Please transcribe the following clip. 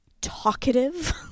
talkative